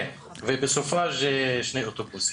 כן, ובסופ"ש שני אוטובוסים.